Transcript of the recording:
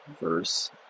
verse